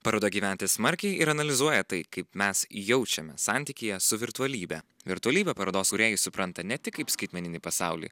paroda gyventi smarkiai ir analizuoja tai kaip mes jaučiamės santykyje su virtualybe virtualybę parodos kūrėjai supranta ne tik kaip skaitmeninį pasaulį